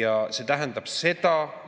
Ja see tähendab seda,